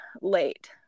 late